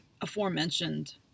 aforementioned